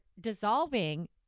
dissolving